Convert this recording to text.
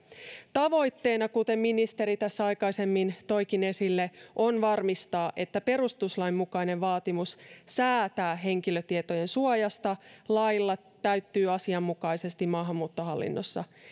tavoitteena kuten ministeri tässä aikaisemmin toikin esille on varmistaa että perustuslain mukainen vaatimus säätää henkilötietojen suojasta lailla täyttyy asianmukaisesti maahanmuuttohallinnossa